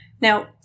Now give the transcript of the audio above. Now